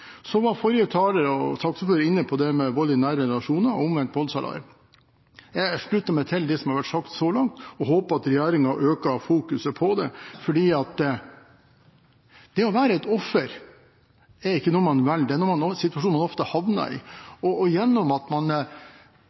Forrige taler og saksordføreren var inne på det med vold i nære relasjoner og omvendt voldsalarm. Jeg slutter meg til det som har vært sagt så langt, og håper at regjeringen øker fokuset på det, fordi det å være et offer er ikke noe man velger, det er en situasjon man ofte havner i. Gjennom at man